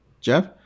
Jeff